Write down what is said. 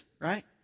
right